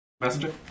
Messenger